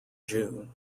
june